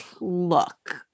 look